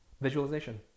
visualization